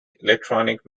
electronic